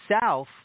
south